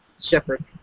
shepherd